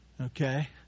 Okay